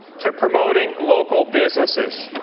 to promoting local businesses.